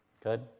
Good